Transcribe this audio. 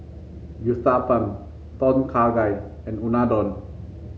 Uthapam Tom Kha Gai and Unadon